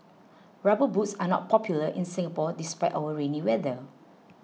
rubber boots are not popular in Singapore despite our rainy weather